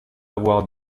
avoir